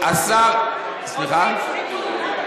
מוסיף שחיתות.